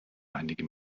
einige